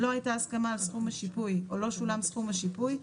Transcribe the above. לא הייתה הסכמה על סכום השיפוי או לא שולם סכום השיפוי,